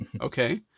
Okay